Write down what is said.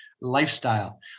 lifestyle